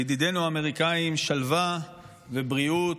לידידינו האמריקאים שלווה ובריאות,